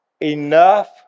enough